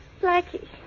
Blackie